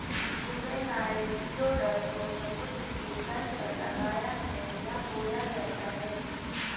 juvenile geoduck को समुद्र के तल पर लगाया है या बोया जाता है